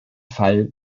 fall